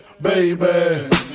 Baby